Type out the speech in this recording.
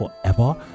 forever